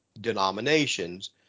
denominations